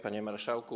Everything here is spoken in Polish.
Panie Marszałku!